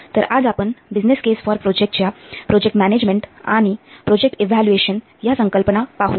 तर आज आपण बिझनेस केस फॉर प्रोजेक्टच्या प्रोजेक्ट मॅनेजमेंट आणि प्रोजेक्ट प्रोजेक्ट इव्हॅल्युएशन या संकल्पना पाहू